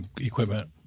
equipment